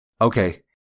Okay